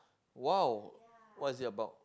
!wow! what's it about